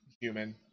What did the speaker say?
human